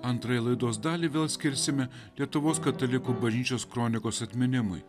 antrąją laidos dalį vėl skirsime lietuvos katalikų bažnyčios kronikos atminimui